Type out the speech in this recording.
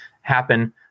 happen